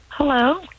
Hello